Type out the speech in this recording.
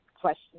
question